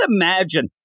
imagine